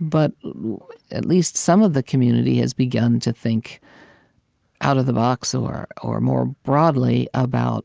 but at least some of the community has begun to think out of the box or or more broadly about